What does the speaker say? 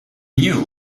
knew